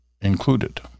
included